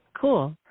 Cool